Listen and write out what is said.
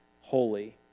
holy